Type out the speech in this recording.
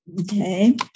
Okay